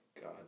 god